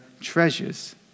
treasures